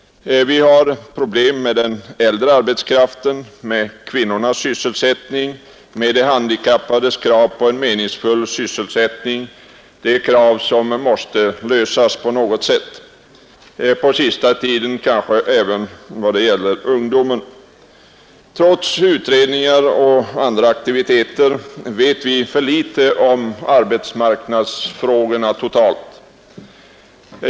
Vi har problem med den äldre arbetskraften, med kvinnornas förvärvsarbete, med de handikappades krav på en meningsfull sysselsättning — krav som måste tillgodoses på något sätt — och på senaste tiden även vad gäller ungdomen. Trots utredningar och andra aktiviteter vet vi för litet om arbetsmarknadsfrågorna totalt.